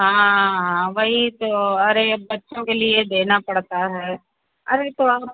हाँ हाँ वही तो अरे अब बच्चों के लिए देना पड़ता है अरे तो आप